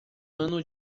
ano